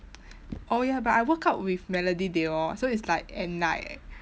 oh ya but I work out with melody they all so it's like at night